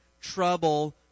trouble